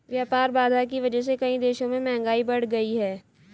व्यापार बाधा की वजह से कई देशों में महंगाई बढ़ गयी है